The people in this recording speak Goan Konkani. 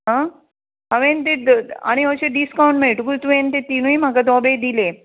आं हांवें तें आनी अशें डिस्कावंट मेळटकूत पूण तुवें ते तिनूय म्हाका धोबे दिले